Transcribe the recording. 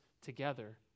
together